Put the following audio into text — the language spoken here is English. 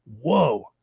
Whoa